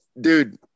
Dude